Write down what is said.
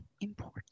import